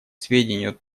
сведению